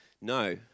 No